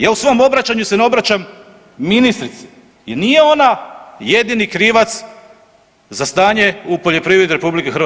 Ja u svom obraćanju se ne obraćam ministrici jer nije ona jedini krivac za stanje u poljoprivredi RH.